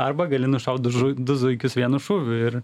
arba gali nušaut du du zuikius vienu šūviu ir